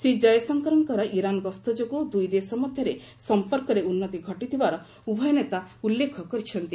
ଶ୍ରୀ ଜୟଶଙ୍କରଙ୍କର ଇରାନ୍ ଗସ୍ତ ଯୋଗୁଁ ଦୁଇ ଦେଶ ମଧ୍ୟରେ ସମ୍ପର୍କରେ ଉନ୍ନତି ଘଟିଥିବାର ଉଭୟ ନେତା ଉଲ୍ଲ୍ଲେଖ କରିଛନ୍ତି